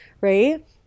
right